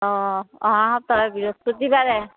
অঁ অহা সপ্তাহ বৃহস্পতিবাৰে